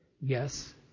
Yes